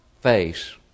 face